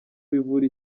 bivura